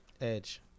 Edge